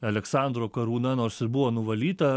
aleksandro karūna nors ir buvo nuvalyta